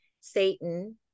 Satan